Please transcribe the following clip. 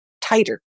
tighter